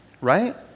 right